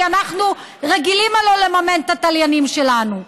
כי אנחנו רגילים הלוא לממן את התליינים שלנו.